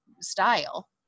style